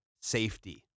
safety